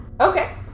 Okay